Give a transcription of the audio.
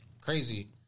Crazy